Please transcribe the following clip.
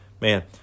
man